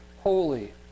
holy